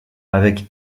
avec